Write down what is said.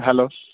hello